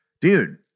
dude